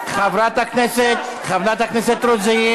חברת הכנסת רוזין,